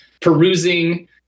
perusing